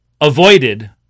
avoided